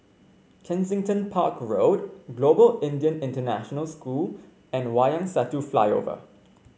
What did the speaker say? Kensington Park Road Global Indian International School and Wayang Satu Flyover